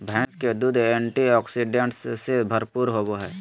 भैंस के दूध एंटीऑक्सीडेंट्स से भरपूर होबय हइ